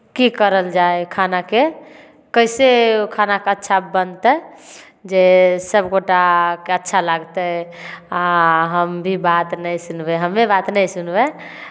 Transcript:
की करल जाय खानाके कइसे ओ खानाके अच्छा बनतै जे सभ गोटाके अच्छा लागतै आ हम भी बात नहि सुनबै हमे बात नहि सुनबै